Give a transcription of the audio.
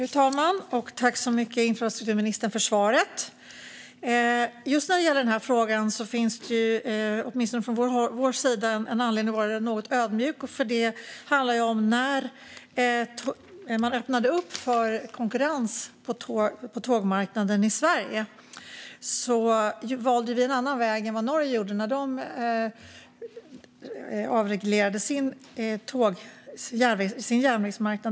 Fru talman! Tack så mycket för svaret, infrastrukturministern! När det gäller den här frågan finns det åtminstone från vår sida en anledning att vara något ödmjuk. Det handlar om när man öppnade för konkurrens på tågmarknaden i Sverige. Vi valde en annan väg än vad de gjorde i Norge när de avreglerade sin järnvägsmarknad.